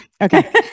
Okay